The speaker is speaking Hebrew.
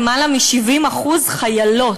יותר מ-70% הם חיילות.